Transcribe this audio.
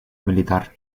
militar